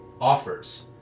offers